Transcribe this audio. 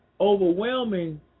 overwhelming